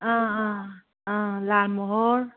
ꯑꯥ ꯑꯥ ꯑꯥ ꯂꯥꯟꯃꯣꯍꯣꯔ